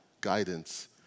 guidance